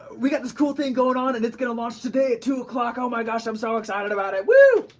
we've got this cool thing going on and it's going to launch today at two o'clock oh my gosh i'm so excited about it woo!